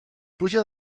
pluja